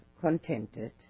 contented